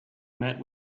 met